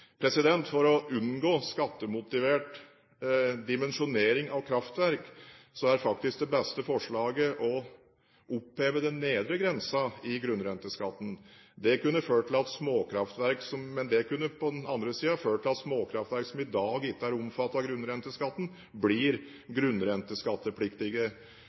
For å unngå skattemotivert dimensjonering av kraftverk er faktisk det beste forslaget å oppheve den nedre grensen i grunnrenteskatten. Men det kunne på den andre siden ført til at småkraftverk som i dag ikke er omfattet av grunnrenteskatten, blir